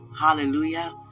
Hallelujah